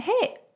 hey